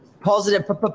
Positive